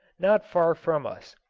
not far from us.